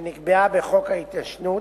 שנקבעה בחוק ההתיישנות,